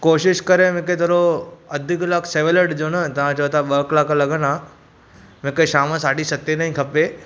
कोशिशि करे मूंखे थोरो अधु कलाकु सवेल ॾिजो न तव्हां चओ था मूंखे ॿ कलाक लॻंदा मूंखे शाम साढी सतें ताईं खपे